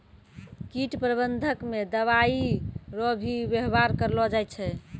कीट प्रबंधक मे दवाइ रो भी वेवहार करलो जाय छै